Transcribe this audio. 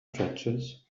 stretches